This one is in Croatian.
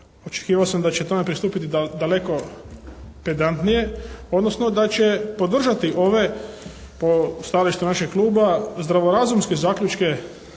Očekivao sam da će tome pristupiti daleko pedantnije, odnosno da će podržati ove po stajalištu našeg kluba zdravorazumske zaključke